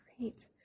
Great